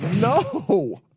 No